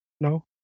No